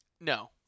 No